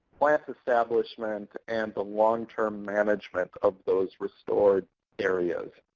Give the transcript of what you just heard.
plant establishment, and the long-term management of those restored areas.